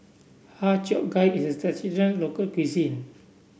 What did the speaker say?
Har Cheong Gai is a traditional local cuisine